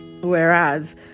Whereas